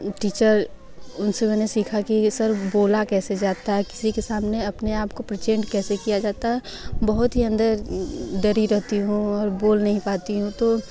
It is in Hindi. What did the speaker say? टीचर उन से मैंने सीखा कि ये सब बोला कैसे जाता है किसी के सामने अपने आप को प्रजेंट कैसे किया जाता है बहुत ही अंदर डरी रहती हूँ और बोल नहीं पाती हूँ तो